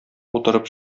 утырып